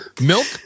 milk